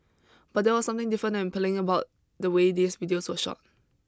but there was something different and appealing about the way these videos were shot